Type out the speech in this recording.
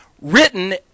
written